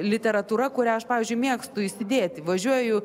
literatūra kurią aš pavyzdžiui mėgstu įsidėti važiuoju